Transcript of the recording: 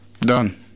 done